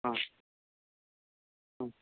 हां हां